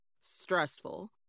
stressful